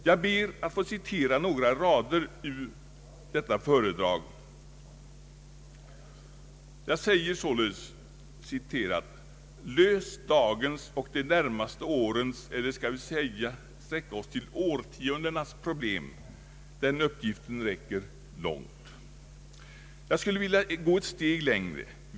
Jag ber att få citera några rader ur det föredraget: ”Lös dagens och de närmaste årens eller ska vi sträcka oss till årtiondenas problem, den uppgiften räcker rätt långt den. Jag skulle vilja gå ett steg längre.